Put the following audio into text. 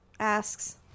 Asks